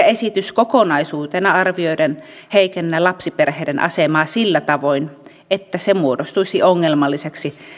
esitys kokonaisuutena arvioiden heikennä lapsiperheiden asemaa sillä tavoin että se muodostuisi ongelmalliseksi